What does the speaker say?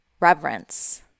Reverence